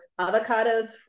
avocados